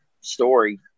story